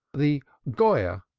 the goyah,